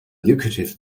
lucrative